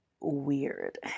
weird